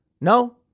No